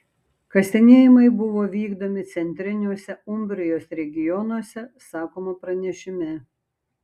kasinėjimai buvo vykdomi centriniuose umbrijos regionuose sakoma pranešime